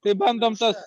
tai bandom tas